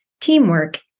teamwork